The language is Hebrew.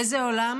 באיזה עולם